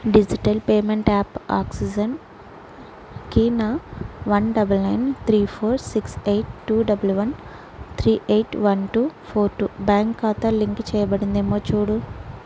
digital payment app ఆక్సిజెన్కీ నా one double nine three four six eight two double one three eight one two four two bank ఖాతా link చేయబడిందేమో చూడుము